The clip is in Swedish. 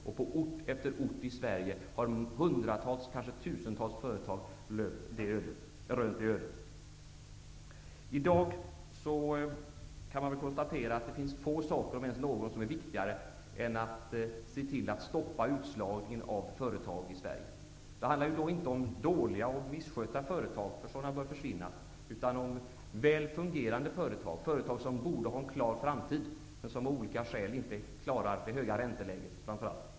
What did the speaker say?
Och på ort efter ort i Sverige har hundratals och kanske tusentals företag rönt detta öde. I dag kan man konstatera att det finns få saker, om ens någon, som är viktigare än att se till att stoppa utslagningen av företag i Sverige. Det handlar inte om dåliga och misskötta företag -- sådana bör försvinna -- utan om väl fungerande företag, företag som borde ha en klar framtid, men som av olika skäl inte klarar framför allt det höga ränteläget.